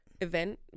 event